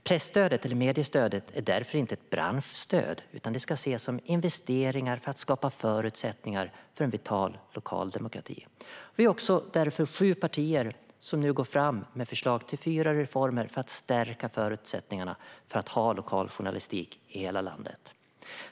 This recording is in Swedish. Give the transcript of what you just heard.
Presstödet, eller mediestödet, är därför inte ett branschstöd, utan det ska ses som investeringar för att skapa förutsättningar för en vital lokal demokrati. Vi är sju partier som nu går fram med förslag till fyra reformer för att stärka förutsättningarna för att ha lokal journalistik i hela landet.